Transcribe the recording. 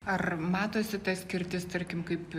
ar matosi ta skirtis tarkim kaip